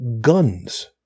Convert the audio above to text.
guns